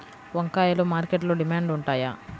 వంకాయలు మార్కెట్లో డిమాండ్ ఉంటాయా?